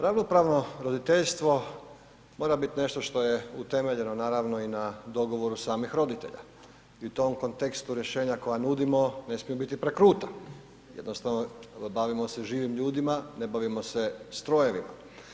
Ravnopravno roditeljstvo mora bit nešto što je utemeljeno naravno i na dogovoru samih roditelja i u tom kontekstu rješenja koja nudimo ne smiju biti prekruta, jednostavno bavimo se živim ljudima, ne bavimo se strojevima.